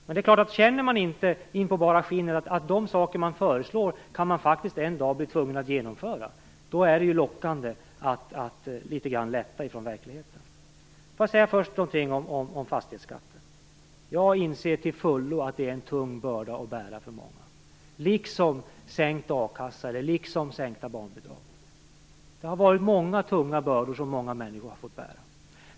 Och det är klart - känner man inte att man faktiskt en dag kan bli tvungen att genomföra de saker man föreslår, är det lockande att lätta litet grand från verkligheten. Jag skall först säga någonting om fastighetsskatten. Jag inser till fullo att det är en tung börda att bära för många, liksom sänkt a-kassa eller sänkt barnbidrag. Det har varit många tunga bördor för många människor att bära.